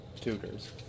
tutors